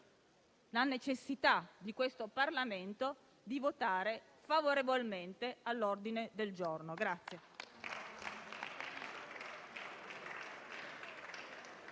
la necessità di questo Parlamento di votare favorevolmente sull'ordine del giorno.